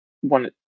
one